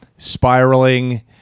Spiraling